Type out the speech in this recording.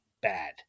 bad